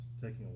taking